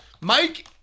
Mike